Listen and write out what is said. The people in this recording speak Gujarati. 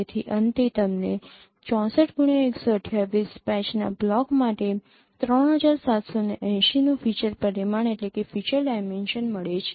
તેથી અંતે તમને 64x128 પેચના બ્લોક માટે ૩૭૮૦ નું ફીચર પરિમાણ મળે છે